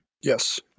Yes